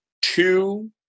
two